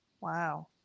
Wow